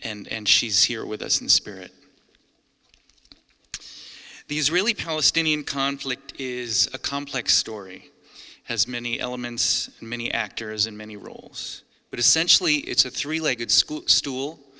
memory and she's here with us in spirit the israeli palestinian conflict is a complex story has many elements many actors in many roles but essentially it's a three legged school stool